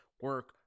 Work